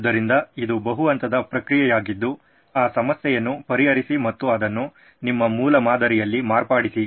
ಆದ್ದರಿಂದ ಇದು ಬಹು ಹಂತದ ಪ್ರಕ್ರಿಯೆಯಾಗಿದ್ದು ಆ ಸಮಸ್ಯೆಯನ್ನು ಪರಿಹರಿಸಿ ಮತ್ತು ಅದನ್ನು ನಿಮ್ಮ ಮೂಲಮಾದರಿಯಲ್ಲಿ ಮಾರ್ಪಡಿಸಿ